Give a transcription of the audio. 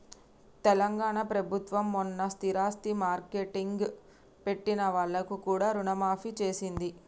తెలంగాణ ప్రభుత్వం మొన్న స్థిరాస్తి మార్ట్గేజ్ పెట్టిన వాళ్లకు కూడా రుణమాఫీ చేసింది